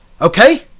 Okay